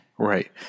Right